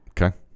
Okay